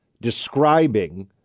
describing